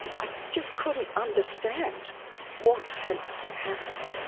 i just couldn't understand what had happened.